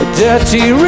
dirty